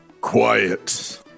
quiet